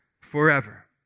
forever